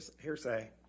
hearsay